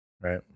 Right